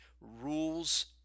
rules